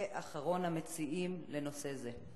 הוא אחרון המציעים בנושא זה.